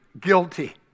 guilty